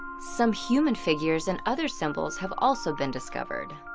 some human figures and other symbols have also been discovered.